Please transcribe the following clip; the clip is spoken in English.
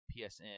PSN